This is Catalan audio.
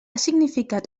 significat